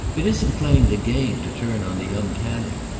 it isn't playing the game to turn on the uncanny.